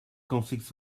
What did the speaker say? conflicts